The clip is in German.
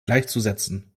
gleichzusetzen